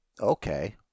Okay